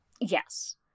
Yes